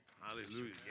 Hallelujah